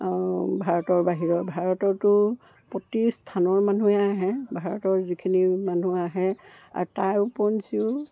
ভাৰতৰ বাহিৰৰ ভাৰতৰটো প্ৰতি স্থানৰ মানুহে আহে ভাৰতৰ যিখিনি মানুহ আহে আৰু তাৰ উপৰঞ্চিও